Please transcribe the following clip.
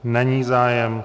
Není zájem.